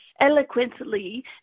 eloquently